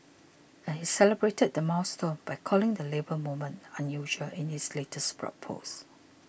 and he celebrated the milestone by calling the Labour Movement unusual in his latest blog post